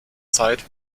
zeit